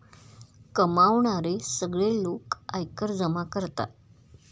कमावणारे सगळे लोक आयकर जमा करतात